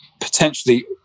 potentially